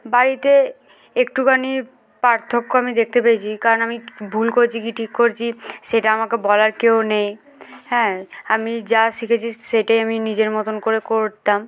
বাড়িতে একটুখানি পার্থক্য আমি দেখতে পেয়েছি কারণ আমি ভুল করছি কি ঠিক করছি সেটা আমাকে বলার কেউ নেই হ্যাঁ আমি যা শিখেছি সেটাই আমি নিজের মতন করে করতাম